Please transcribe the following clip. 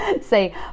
say